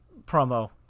promo